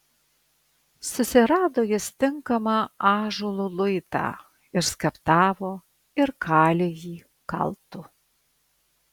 susirado jis tinkamą ąžuolo luitą ir skaptavo ir kalė jį kaltu